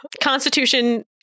constitution